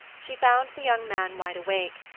she found the young man wide awake,